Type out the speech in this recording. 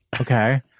Okay